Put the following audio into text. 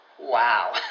Wow